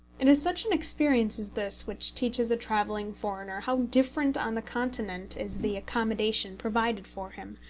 it is such an experience as this which teaches a travelling foreigner how different on the continent is the accommodation provided for him,